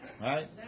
Right